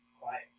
quiet